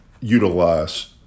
utilize